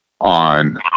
on